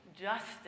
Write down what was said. justice